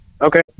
Okay